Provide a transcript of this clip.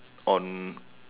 on